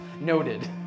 Noted